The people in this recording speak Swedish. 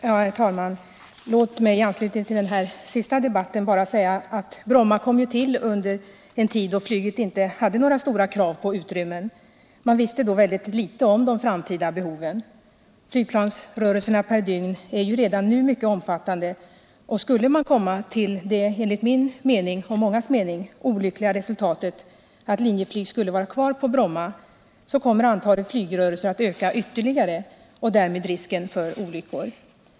Herr talman! Låt mig i anslutning till den senaste debatten bara säga att Bromma ju kom till under den tid då flyget inte hade några stora krav på utrymme. Man visste vid den tiden väldigt litet om de framtida behoven. Flygplansrörelserna per dygn är redan nu mycket omfattande, och skulle man komma till det enligt min och mångas mening olyckliga resultatet att Linjeflyg skulle vara kvar på Bromma skulle antalet flygrörelser öka ytterligare och därmed risken för olyckor.